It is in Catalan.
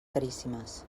caríssimes